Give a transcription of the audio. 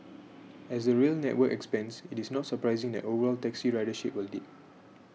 as the rail network expands it is not surprising that overall taxi ridership will dip